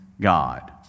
God